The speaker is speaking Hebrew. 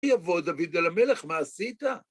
יבוא דוד אל המלך, מה עשית?